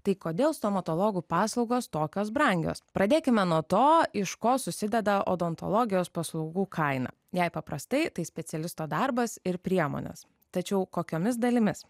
tai kodėl stomatologų paslaugos tokios brangios pradėkime nuo to iš ko susideda odontologijos paslaugų kaina jei paprastai tai specialisto darbas ir priemones tačiau kokiomis dalimis